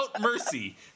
mercy